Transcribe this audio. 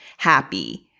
happy